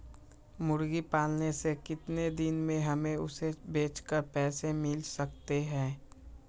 मुर्गी पालने से कितने दिन में हमें उसे बेचकर पैसे मिल सकते हैं?